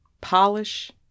Polish